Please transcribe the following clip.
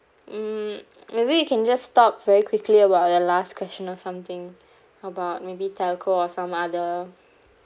mm maybe we can just talk very quickly about the last question or something about maybe telco or some other